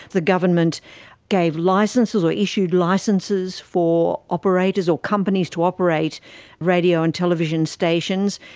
the government gave licenses or issued licences for operators or companies to operate radio and television stations,